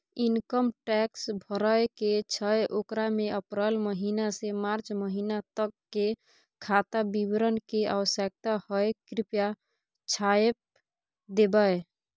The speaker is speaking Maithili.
इनकम टैक्स भरय के छै ओकरा में अप्रैल महिना से मार्च महिना तक के खाता विवरण के आवश्यकता हय कृप्या छाय्प देबै?